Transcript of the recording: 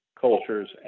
cultures